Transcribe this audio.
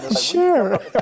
Sure